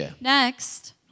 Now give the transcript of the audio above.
next